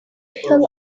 hill